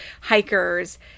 hikers